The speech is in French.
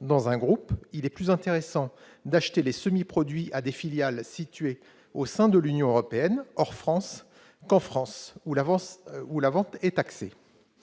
il est plus intéressant, dans un groupe, d'acheter les semi-produits à des filiales situées au sein de l'Union européenne, hors France, qu'en France où la vente est taxée.